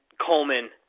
Coleman